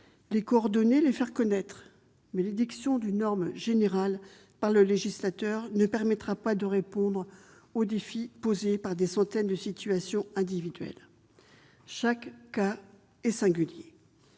les coordonner et les faire connaître, mais l'édiction d'une norme générale par le législateur ne permettra pas de répondre aux défis posés par ces centaines de situations individuelles. Chaque cas est singulier.